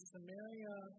Samaria